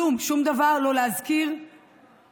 כלום, שום דבר, לא להזכיר דבר.